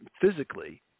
physically